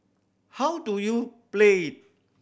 how do you play it